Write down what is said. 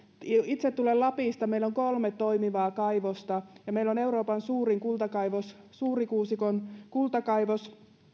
itse tulen lapista meillä on kolme toimivaa kaivosta ja meillä on euroopan suurin kultakaivos suurikuusikon kultakaivos